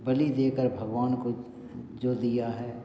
बलि देकर भगवान को जो दिया है